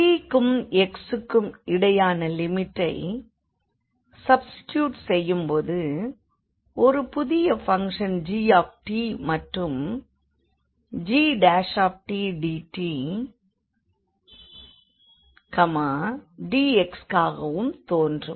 t க்கும் x க்கும் இணையான லிமிட்டை சப்ஸ்டிடியுட் செய்யும்போது ஒரு புதிய ஃபங்ஷன் g மற்றும் gdt dxக்காகவும் தோன்றும்